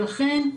ולכן,